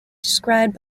described